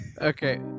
okay